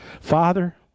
father